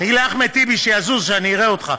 תגיד לאחמד טיבי שיזוז, שאני אראה אותך.